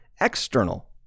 external